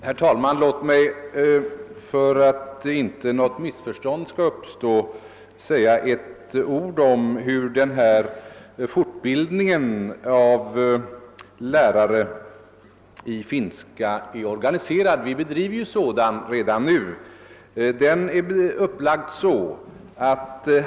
Herr talman! Låt mig för att inte något missförstånd skall uppstå säga några ord om hur fortbildningen av lärare i finska språket är organiserad. Redan nu bedriver vi sådan fortbildning.